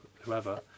whoever